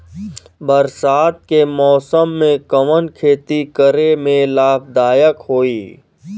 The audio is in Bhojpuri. बरसात के मौसम में कवन खेती करे में लाभदायक होयी?